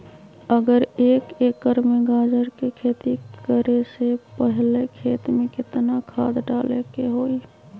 अगर एक एकर में गाजर के खेती करे से पहले खेत में केतना खाद्य डाले के होई?